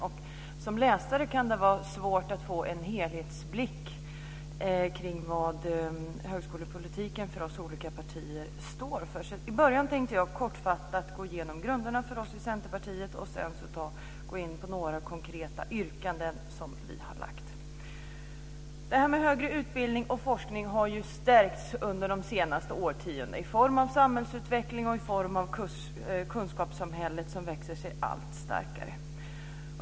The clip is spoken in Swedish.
Som läsare kan det vara svårt att få en helhetsblick kring vad högskolepolitiken för oss olika partier står för. I början tänkte jag kortfattat gå igenom grunderna för oss i Centerpartiet och sedan gå in på några konkreta yrkanden som vi har lagt. Högre utbildning och forskning har stärkts under de senaste årtiondena i form av samhällsutveckling och i form av kunskapssamhället som växer sig allt starkare.